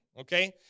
okay